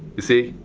you see?